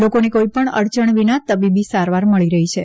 લોકોને કોઇપણ અડયણ વિના તબીબી સારવાર મળી રહી છે